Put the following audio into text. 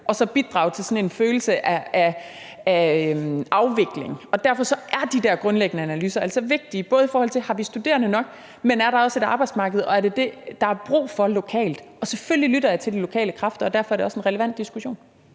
og så bidrage til sådan en følelse af afvikling. Derfor er de der grundlæggende analyser altså vigtige, både i forhold til om der er studerende nok, men også om der er et arbejdsmarked, og om det er det, der er brug for lokalt. Og selvfølgelig lytter jeg til de lokale kræfter, og derfor er det også en relevant diskussion.